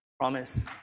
promise